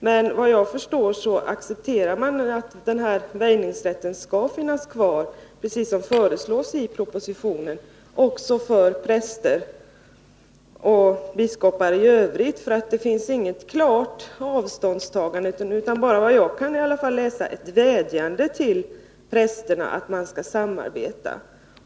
Men såvitt jag förstår accepterar man att en väjningsrätt skall finnas kvar också för präster och biskopar i övrigt, precis som föreslås i propositionen. Det finns inget klart avståndstagande utan bara, såvitt jag kan utläsa, en vädjan till prästerna om att de skall samarbeta.